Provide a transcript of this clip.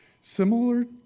Similar